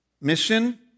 mission